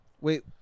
Wait